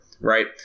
Right